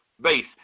base